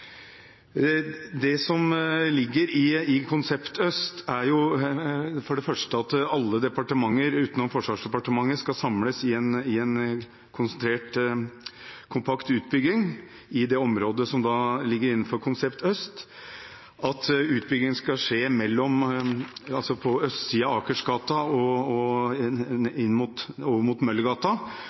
Det som ligger i Konsept Øst, er for det første at alle departementer utenom Forsvarsdepartementet skal samles i en konsentrert, kompakt utbygging i det området som ligger innenfor Konsept Øst, at utbyggingen skal skje på østsiden av Akersgata og over mot Møllergata, og